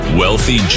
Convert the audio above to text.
wealthy